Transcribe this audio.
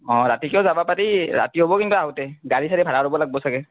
অঁ ৰাতিকেও যাবা পাৰি ৰাতি হ'ব কিন্তু আহোঁতে গাড়ী চাড়ী ভাড়া ল'ব লাগব চাগে